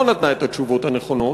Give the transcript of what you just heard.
לא נתנה את התשובות הנכונות,